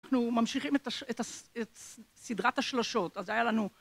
אנחנו ממשיכים את סדרת השלשות. אז זה היה לנו...